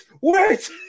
wait